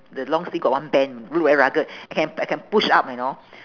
the long sleeve got one bend look very rugged I can I can push up you know